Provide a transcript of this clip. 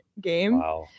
game